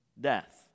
death